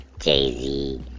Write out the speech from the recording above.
Jay-Z